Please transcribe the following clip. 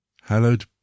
hallowed